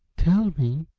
tell me!